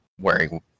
wearing